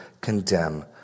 condemn